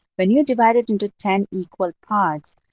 when you divide it into ten equal parts,